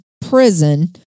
prison